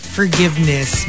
forgiveness